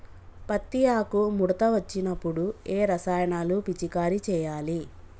పత్తి ఆకు ముడత వచ్చినప్పుడు ఏ రసాయనాలు పిచికారీ చేయాలి?